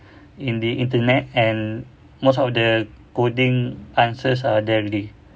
in the internet and most of the coding answers are there already